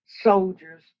soldiers